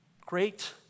great